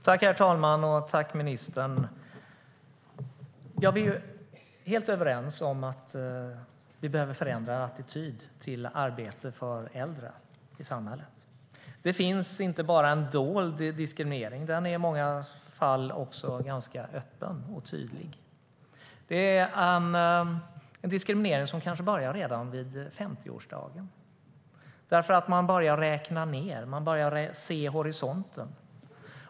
Herr talman! Vi är helt överens om att det behövs en förändrad attityd till arbete för äldre i samhället. Det finns inte bara en dold diskriminering utan den är i många fall också öppen och tydlig. Det är en diskriminering som börjar kanske redan vid 50-årsdagen; man börjar räkna ned och se horisonten.